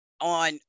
On